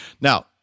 now